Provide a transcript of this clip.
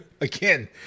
Again